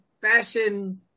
fashion